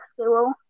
school